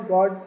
God